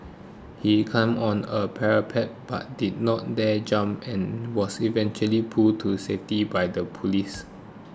he climbed on a parapet but did not dare jump and was eventually pulled to safety by the police